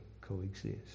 coexist